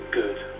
good